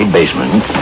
basement